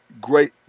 great –